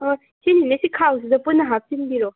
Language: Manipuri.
ꯁꯤ ꯅꯦꯅꯦ ꯁꯤ ꯈꯥꯎꯁꯤꯗ ꯄꯨꯟꯅ ꯍꯥꯞꯆꯤꯟꯕꯤꯔꯣ